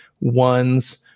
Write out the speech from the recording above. ones